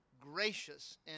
gracious